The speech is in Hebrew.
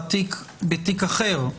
בתיק אחר.